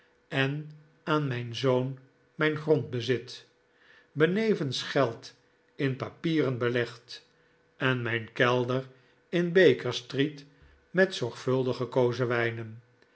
en aan mijn zoon mijn grondbezit benevens geld in papieren belegd en mijn kelder in baker street met zorgvuldig gekozen wijnen